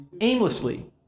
aimlessly